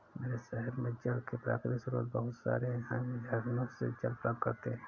मेरे शहर में जल के प्राकृतिक स्रोत बहुत सारे हैं हम झरनों से जल प्राप्त करते हैं